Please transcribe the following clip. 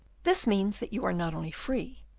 this means, that you are not only free,